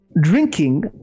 drinking